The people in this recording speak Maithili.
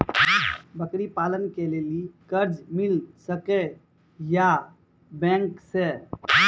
बकरी पालन के लिए कर्ज मिल सके या बैंक से?